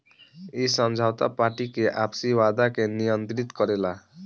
इ समझौता पार्टी के आपसी वादा के नियंत्रित करेला